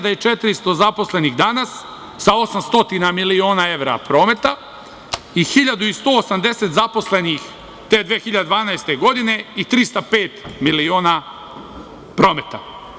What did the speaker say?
Dakle, 6.400 zaposlenih danas sa 800 miliona evra prometa i 1.180 zaposlenih te 2012. godine i 305 miliona prometa.